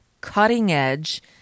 cutting-edge